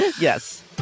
Yes